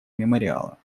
мемориала